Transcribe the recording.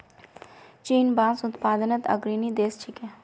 चीन बांस उत्पादनत अग्रणी देश छिके